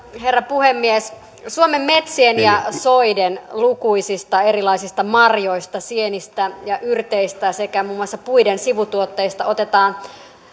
herra puhemies suomen metsien ja soiden lukuisista erilaisista marjoista sienistä ja yrteistä sekä muun muassa puiden sivutuotteista otetaan